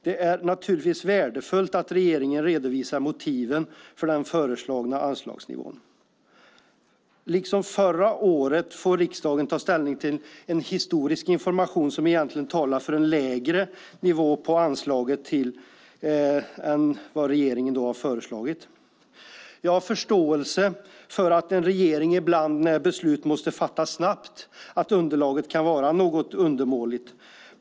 Det är naturligtvis värdefullt att regeringen redovisar motiven för den föreslagna anslagsnivån. Liksom förra året får riksdagen också i år ta ställning till en historisk information som egentligen talar för en lägre nivå på anslaget än vad regeringen har föreslagit. Jag har förståelse för att underlaget när beslut snabbt måste fattas ibland kan vara något undermåligt.